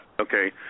Okay